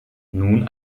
nun